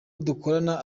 dukorana